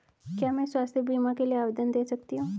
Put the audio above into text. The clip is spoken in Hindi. क्या मैं स्वास्थ्य बीमा के लिए आवेदन दे सकती हूँ?